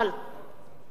אל תזדעזעו,